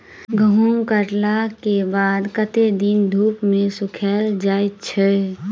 गहूम कटला केँ बाद कत्ते दिन धूप मे सूखैल जाय छै?